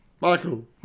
Michael